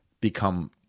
become